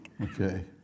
Okay